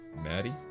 Maddie